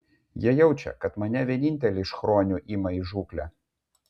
jie jaučia kad mane vienintelį iš chronių ima į žūklę